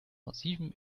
massivem